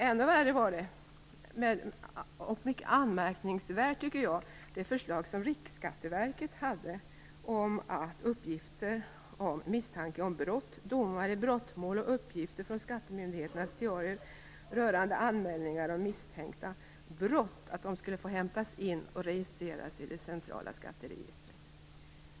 Ännu värre var Riksskatteverkets förslag om att uppgifter om misstanke om brott, domar i brottmål och uppgifter från skattemyndigheternas diarier rörande anmälningar av misstänkta brott skulle få hämtas in och registreras i det centrala skatteregistret.